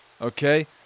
Okay